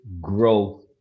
growth